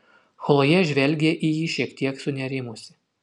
chlojė žvelgė į jį šiek tiek sunerimusi